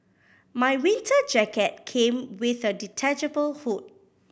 my winter jacket came with a detachable hood